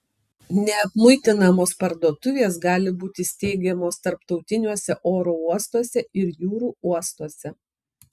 neapmuitinamos parduotuvės gali būti steigiamos tarptautiniuose oro uostuose ir jūrų uostuose